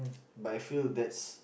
but I feel that's